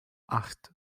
acht